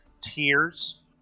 tiers